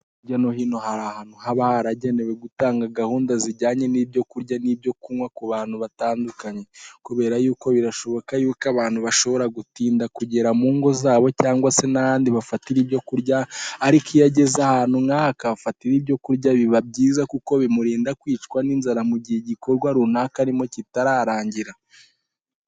Hirya no hino hari ahantu haba haragenewe gutanga gahunda zijyanye n'ibyo kurya n'ibyo kunywa ku bantu batandukanye, kubera yuko birashoboka yuko abantu bashobora gutinda kugera mu ngo zabo cyangwa se n'ahandi bafatira ibyo kurya, ariko iyo ageze ahantu nk'aha akafatira ibyo kurya biba byiza kuko bimurinda kwicwa n'inzara mu gihe igikorwa runaka arimo kitararangira.